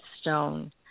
stone